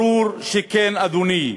ברור שכן, אדוני.